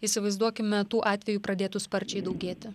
įsivaizduokime tų atvejų pradėtų sparčiai daugėti